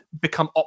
become